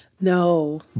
no